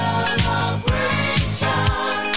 Celebration